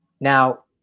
Now